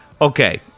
okay